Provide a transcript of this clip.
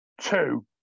Two